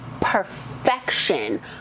perfection